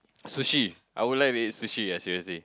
sushi I would like to eat sushi ah seriously